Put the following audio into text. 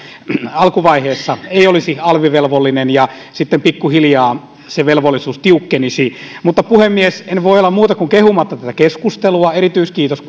alkuvaiheessa ei olisi alvivelvollinen ja sitten pikkuhiljaa se velvollisuus tiukkenisi mutta puhemies en voi olla kehumatta tätä keskustelua erityiskiitos